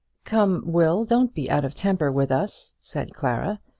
come, will, don't be out of temper with us, said clara.